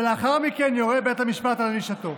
ולאחר מכן יורה בית המשפט על ענישתו.